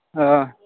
ᱚ